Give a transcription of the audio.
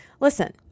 Listen